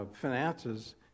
finances